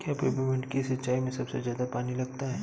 क्या पेपरमिंट की सिंचाई में सबसे ज्यादा पानी लगता है?